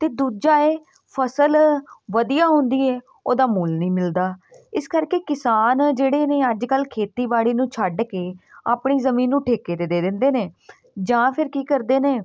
ਅਤੇ ਦੂਜਾ ਇਹ ਫ਼ਸਲ ਵਧੀਆ ਹੁੰਦੀ ਹੈ ਉਹਦਾ ਮੁੱਲ ਨਹੀਂ ਮਿਲਦਾ ਇਸ ਕਰਕੇ ਕਿਸਾਨ ਜਿਹੜੇ ਨੇ ਅੱਜ ਕੱਲ੍ਹ ਖੇਤੀਬਾੜੀ ਨੂੰ ਛੱਡ ਕੇ ਆਪਣੀ ਜ਼ਮੀਨ ਨੂੰ ਠੇਕੇ 'ਤੇ ਦੇ ਦਿੰਦੇ ਨੇ ਜਾਂ ਫਿਰ ਕੀ ਕਰਦੇ ਨੇ